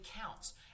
counts